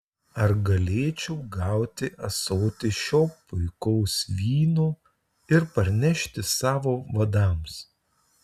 ar galėčiau gauti ąsotį šio puikaus vyno ir parnešti savo vadams